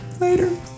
Later